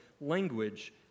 language